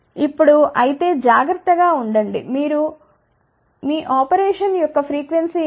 ఇప్పుడు అయితే జాగ్రత్తగా ఉండండి మీ ఆపరేషన్ యొక్క ఫ్రీక్వెన్సీ ఏమిటి